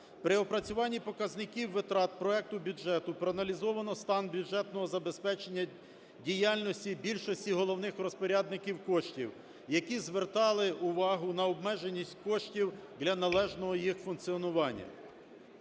При опрацюванні показників витрат проекту бюджету проаналізовано стан бюджетного забезпечення діяльності більшості головних розпорядників коштів, які звертали увагу на обмеженість коштів для належного їх функціонування.